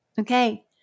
okay